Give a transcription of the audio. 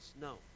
No